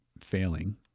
failing